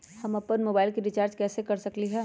हम अपन मोबाइल में रिचार्ज कैसे कर सकली ह?